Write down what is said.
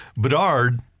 Bedard